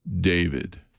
David